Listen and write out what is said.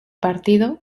partido